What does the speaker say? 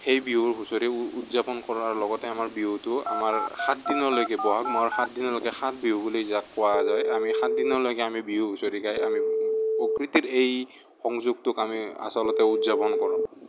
সেই বিহুৰ হুঁচৰি উদযাপন কৰাৰ লগতে আমাৰ বিহুটো আমাৰ সাত দিনলৈকে বহাগ মাহৰ সাতদিনলৈকে সাতবিহু বুলি যাক কোৱা যায় আমি সাত দিনলৈকে আমি বিহুৰ হুঁচৰি গাই আমি প্ৰকৃতিৰ এই সংযোগটোক আমি আচলতে উদযাপন কৰোঁ